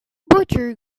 butcher